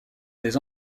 des